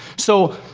so,